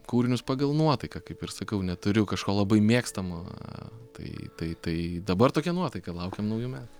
kūrinius pagal nuotaiką kaip ir sakau neturiu kažko labai mėgstamo tai tai tai dabar tokia nuotaika laukiam naujų metų